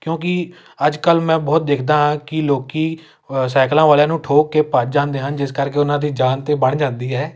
ਕਿਉਂਕਿ ਅੱਜ ਕੱਲ੍ਹ ਮੈਂ ਬਹੁਤ ਦੇਖਦਾ ਹਾਂ ਕਿ ਲੋਕ ਸਾਇਕਲਾਂ ਵਾਲਿਆਂ ਨੂੰ ਠੋਕ ਕੇ ਭੱਜ ਜਾਂਦੇ ਹਨ ਜਿਸ ਕਰਕੇ ਉਹਨਾਂ ਦੀ ਜਾਨ 'ਤੇ ਬਣ ਜਾਂਦੀ ਹੈ